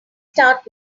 start